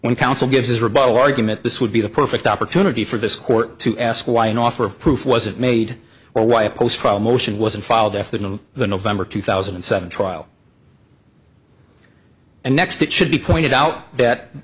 when counsel gives his rebuttal argument this would be the perfect opportunity for this court to ask why an offer of proof wasn't made or why a post trial motion wasn't filed after the november two thousand and seven trial and next it should be pointed out that